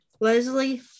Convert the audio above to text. Leslie